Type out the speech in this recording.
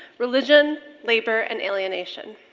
religion, labor, and alienation.